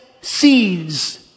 seeds